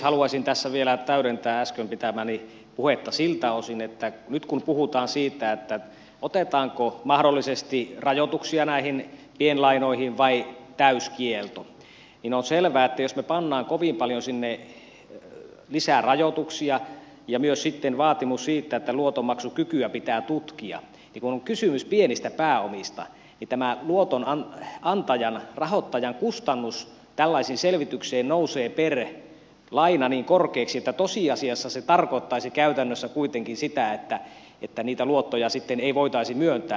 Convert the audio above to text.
haluaisin tässä vielä täydentää äsken pitämääni puhetta siltä osin että nyt kun puhutaan siitä otetaanko mahdollisesti rajoituksia näihin pienlainoihin vai täyskielto on selvää että jos me panemme kovin paljon sinne lisää rajoituksia ja myös sitten vaatimuksen siitä että luotonmaksukykyä pitää tutkia niin kun on kysymys pienistä pääomista tämä luotonantajan rahoittajan kustannus tällaiseen selvitykseen nousee per laina niin korkeaksi että tosiasiassa se tarkoittaisi käytännössä kuitenkin sitä että niitä luottoja sitten ei voitaisi myöntää